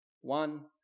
One